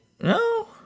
No